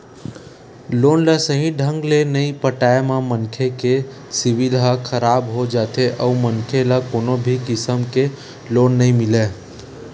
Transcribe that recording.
loan ल सहीं ढंग ले नइ पटाए म मनखे के सिविल ह खराब हो जाथे अउ मनखे ल कोनो भी किसम के लोन नइ मिलय